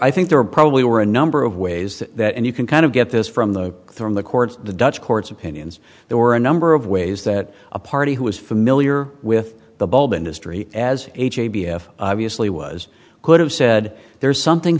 i think there probably were a number of ways that you can kind of get this from the through the courts the dutch courts opinions there were a number of ways that a party who was familiar with the bulb industry as a j b s obviously was could have said there's something